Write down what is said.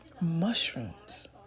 Mushrooms